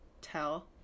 tell